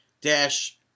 Dash